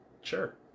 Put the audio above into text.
sure